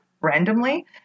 randomly